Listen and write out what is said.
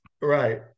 right